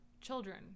children